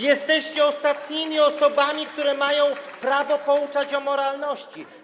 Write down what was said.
Jesteście ostatnimi osobami, które mają prawo pouczać o moralności.